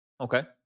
Okay